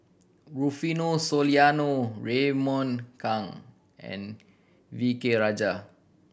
Rufino Soliano Raymond Kang and V K Rajah